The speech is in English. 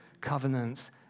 covenants